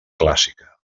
clàssica